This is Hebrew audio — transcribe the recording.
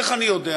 איך אני יודע?